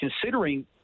considering